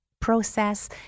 process